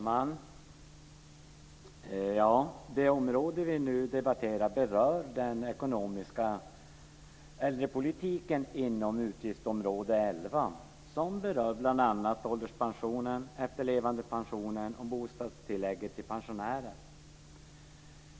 Fru talman! Det område vi nu debatterar berör den ekonomiska äldrepolitiken inom utgiftsområde 11, som berör bl.a. ålderspensionen, efterlevandepensionen och bostadstillägget till pensionärer.